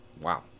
Wow